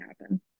happen